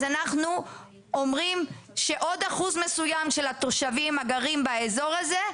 אז אנחנו אומרים שעוד אחוז מסוים של התושבים הגרים באזור הזה,